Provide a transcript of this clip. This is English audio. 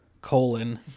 colon